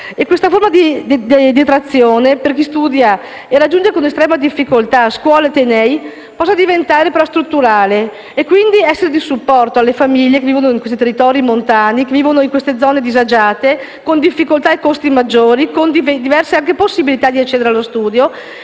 e questa forma di detrazione per chi studia e raggiunge con difficoltà scuole e atenei possano diventare strutturali ed essere di supporto alle famiglie che vivono in territori montani e in zone disagiate, con difficoltà e costi maggiori e diverse possibilità di accedere allo studio.